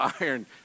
iron